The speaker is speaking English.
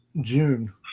June